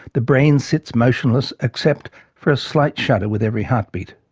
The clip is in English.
the brain sits motionless, except for a slight shudder with every heartbeart.